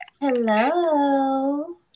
hello